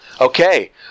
okay